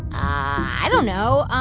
i don't know.